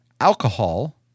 alcohol